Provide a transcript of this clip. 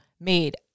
made